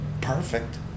perfect